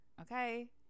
okay